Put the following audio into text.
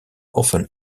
often